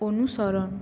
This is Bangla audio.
অনুসরণ